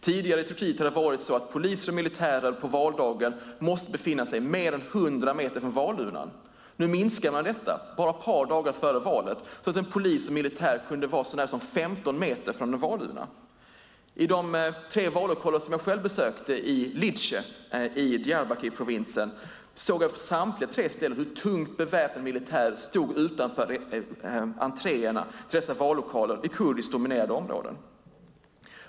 Tidigare har det i Turkiet varit så att polis och militär på valdagen måste befinna sig mer än 100 meter från valurnorna. Nu minskar man detta bara ett par dagar före valet så att polis och militär kunde vara så nära som 15 meter från en valurna. I de tre vallokaler som jag själv besökte i Lice i Diyarbakirprovinsen såg jag vid samtliga tre ställen hur tungt beväpnad militär stod utanför entréerna till dessa vallokaler i kurdiskt dominerade områden.